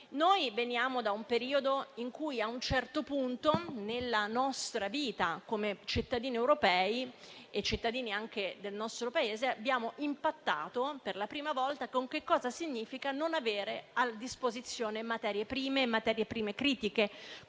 Noi veniamo da un periodo in cui a un certo punto, nella nostra vita come cittadini europei e come cittadini del nostro Paese, abbiamo impattato, per la prima volta, con cosa significa non avere a disposizione materie prime e materie prime critiche,